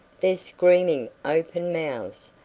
their screaming open mouths,